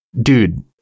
dude